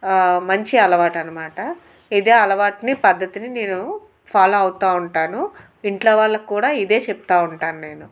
మంచి అలవాటనమాట ఇదే అలవాటును పద్దతిని నేను ఫాలో అవుతూ ఉంటాను ఇంట్లో వాళ్ళకి కూడా ఇదే చెప్తూ ఉంటాను నేను